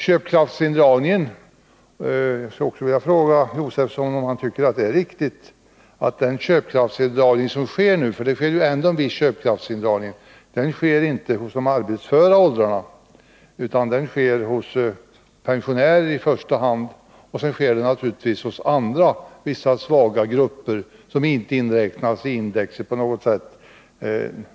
Jag skulle också vilja fråga Stig Josefson om han tycker att det är riktigt att den nuvarande köpkraftsindragningen inte sker hos de arbetsföra åldrarna utan hos i första hand pensionärer och naturligtvis vissa andra svaga grupper, som inte inräknas i index på något sätt.